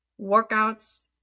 workouts